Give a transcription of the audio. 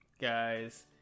guys